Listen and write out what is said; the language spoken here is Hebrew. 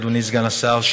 אדוני סגן השר,